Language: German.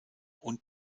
und